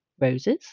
Roses